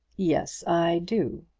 yes, i do.